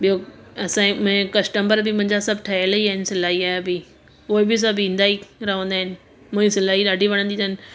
ॿियों असांजे में कस्टंबर बि मुंहिंजा सभु ठहियल ई आहिनि सिलाईअ जा बि उहे बि सभु ईंदा ई रहंदा आहिनि मुंहिंजी सिलाई ॾाढी वणंदी अथनि